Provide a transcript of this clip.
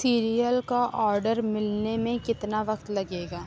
cereal کا order ملنے میں کتنا وقت لگے گا